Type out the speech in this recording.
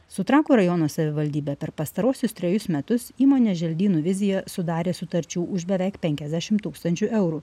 su trakų rajono savivaldybe per pastaruosius trejus metus įmonė želdynų viziją sudarė sutarčių už beveik penkiasdešim tūkstančių eurų